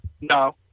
No